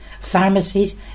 pharmacies